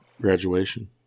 graduation